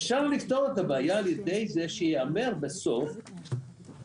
אפשר לפתור את הבעיה על ידי זה שייאמר בסוף תיאור